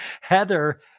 heather